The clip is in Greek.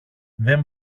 δεν